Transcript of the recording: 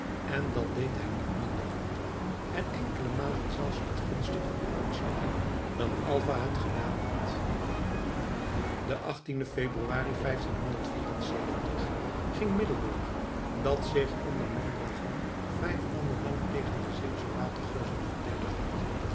en dat deed hij niet minder goed en enkele malen zelfs met gunstiger uitslag dan alva het gedaan had den achttienden februari ging middelburg dat zich onder mondragon vijf maanden lang tegen de zeeuwsche watergeuzen verdedigd had